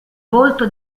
volto